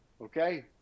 Okay